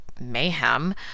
mayhem